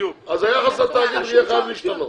אז היחס לתאגיד יהיה חייב להשתנות.